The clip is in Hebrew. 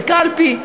בקלפי,